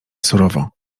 surowo